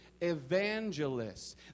evangelists